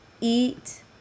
eat